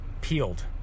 peeled